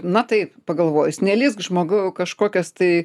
na taip pagalvojus nelįsk žmogau į kažkokias tai